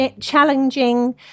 challenging